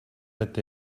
qui